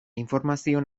informazio